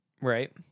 right